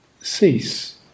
cease